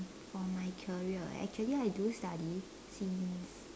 for my career actually I do study since